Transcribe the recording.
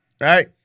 Right